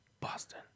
Boston